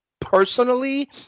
personally